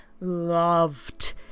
loved